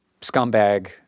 scumbag